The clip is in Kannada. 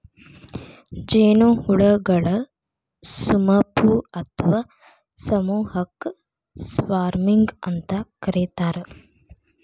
ಜೇನುಹುಳಗಳ ಸುಮಪು ಅತ್ವಾ ಸಮೂಹಕ್ಕ ಸ್ವಾರ್ಮಿಂಗ್ ಅಂತ ಕರೇತಾರ